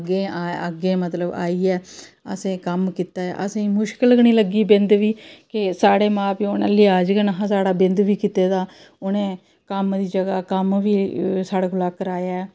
कि अग्गें मतलब आई गे असें कम्म कीता ऐ असें गी मुश्कल गै निं लग्गी बिंद बी कि साढ़े मां प्यो ने लिहाज गै निं हा साढ़ा बिंद बी कीते दा उ'नें कम्म दी जगह् कम्म बी साढ़े कोला कराया ऐ